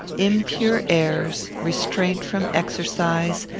impure airs, restraint from exercise,